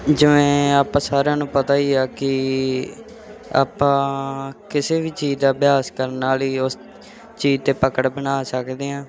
ਜਿਵੇਂ ਆਪਾਂ ਸਾਰਿਆਂ ਨੂੰ ਪਤਾ ਹੀ ਆ ਕਿ ਆਪਾਂ ਕਿਸੇ ਵੀ ਚੀਜ਼ ਦਾ ਅਭਿਆਸ ਕਰਨ ਨਾਲ ਹੀ ਉਸ ਚੀਜ਼ 'ਤੇ ਪਕੜ ਬਣਾ ਸਕਦੇ ਹਾਂ